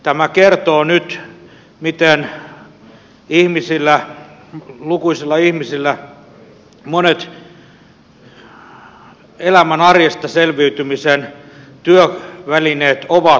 tämä kertoo nyt miten lukuisilla ihmisillä monet elämän arjesta selviytymisen työvälineet ovat hukassa